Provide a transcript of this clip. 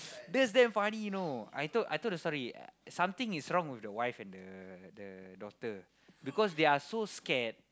that's damn funny you know I told I told the story something is wrong with the wife and the the daughter because they are so scared